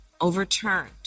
overturned